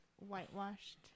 whitewashed